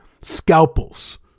scalpels